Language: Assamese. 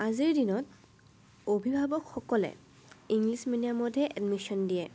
আজিৰ দিনত অভিভাৱকসকলে ইংলিছ মিডিয়ামতহে এডমিশ্যন দিয়ে